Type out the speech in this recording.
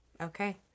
Okay